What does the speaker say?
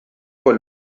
con